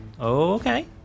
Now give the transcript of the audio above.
Okay